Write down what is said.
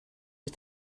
was